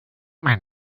man